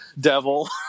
devil